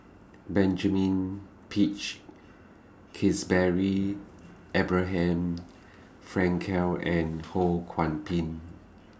Benjamin Peach Keasberry Abraham Frankel and Ho Kwon Ping